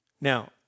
Now